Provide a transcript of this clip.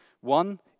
One